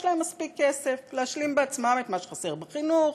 יש להם מספיק כסף להשלים בעצמם מה שחסר בחינוך,